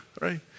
right